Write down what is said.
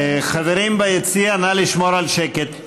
חברים ביציע, נא לשמור על שקט.